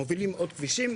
מובילים עוד כבישים,